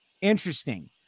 interesting